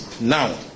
now